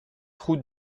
route